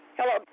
Hello